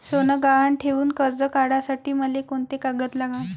सोनं गहान ठेऊन कर्ज काढासाठी मले कोंते कागद लागन?